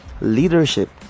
leadership